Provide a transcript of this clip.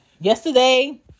yesterday